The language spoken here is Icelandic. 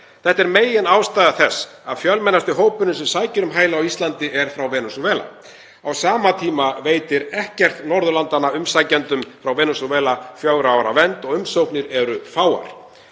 Þetta er meginástæða þess að fjölmennasti hópurinn sem sækir um hæli á Íslandi er frá Venesúela. Á sama tíma veitir ekkert annað ríki á Norðurlöndum umsækjendum frá Venesúela fjögurra ára vernd og umsóknir eru fáar.